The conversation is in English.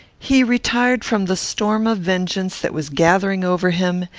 he retired from the storm of vengeance that was gathering over him,